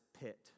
pit